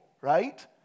right